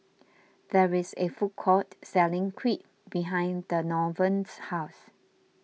there is a food court selling Crepe behind Donavon's house